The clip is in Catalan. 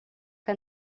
que